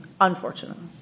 unfortunately